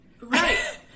right